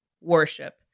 worship